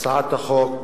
הצעת החוק